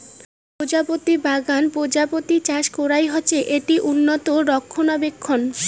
প্রজাপতি বাগান প্রজাপতি চাষ করাং হসে, এটি উন্নত রক্ষণাবেক্ষণ